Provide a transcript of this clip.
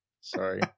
sorry